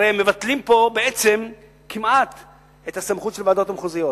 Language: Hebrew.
הרי בעצם מבטלים פה כמעט את הסמכות של ועדות מחוזיות.